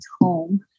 home